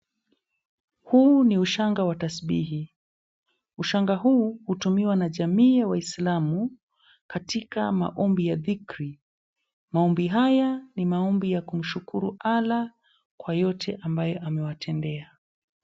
Huu ni ushanga wa tasbihi, ushanga huu hutumiwa na jamii ya waislamu katika maombi ya dhikri, maombi haya ni maombi ya kumshukuru Allah kwa yote ambaye amewatendea.